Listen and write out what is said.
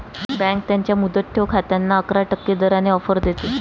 bank त्यांच्या मुदत ठेव खात्यांना अकरा टक्के दराने ऑफर देते